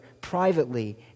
privately